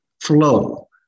flow